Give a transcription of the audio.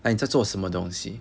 like 你在做什么东西